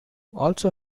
also